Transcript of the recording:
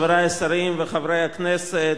חברי השרים וחברי הכנסת,